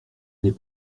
n’est